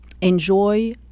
enjoy